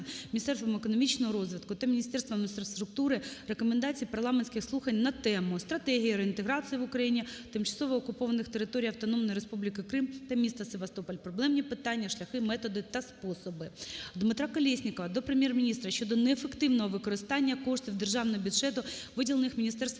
Міністерством економічного розвитку та Міністерство інфраструктури Рекомендацій парламентських слухань на тему: "Стратегія реінтеграції в Україну тимчасово окупованої території Автономної Республіки Крим та міста Севастополь: проблемні питання, шляхи, методи та способи". Дмитра Колєснікова до Прем'єр-міністра щодо неефективного використання коштів державного бюджету, виділених Міністерству